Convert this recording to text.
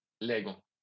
Lego